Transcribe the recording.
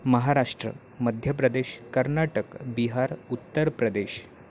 Maharashtra Madhya Pradesh Karnataka Bihar Uttar Pradesh